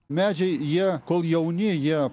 medžiai jie kol jauni jie